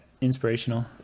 inspirational